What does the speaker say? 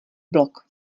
blok